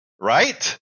right